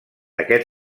aquest